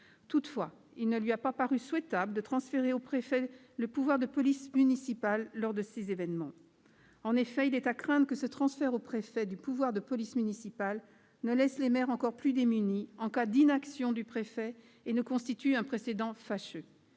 Toutefois, il ne lui a pas paru souhaitable de transférer au préfet le pouvoir de police municipale lors de ces événements. En effet, il est à craindre que ce transfert ne laisse les maires encore plus démunis en cas d'inaction du préfet et ne constitue un précédent fâcheux.